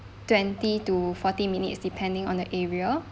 twenty to forty minutes depending on the area